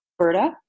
Alberta